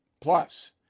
Plus